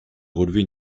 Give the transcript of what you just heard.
relever